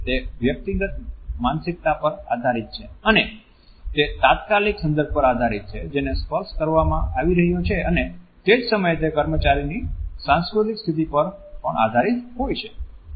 તે વ્યક્તિગત માનસિકતા પર આધારીત છે અને તે તાત્કાલિક સંદર્ભ પર આધારીત છે જેને સ્પર્શ કરવામાં આવી રહ્યો છે અને તે જ સમયે તે કર્મચારીની સાંસ્કૃતિક સ્થિતિ પર પણ આધારિત હોય છે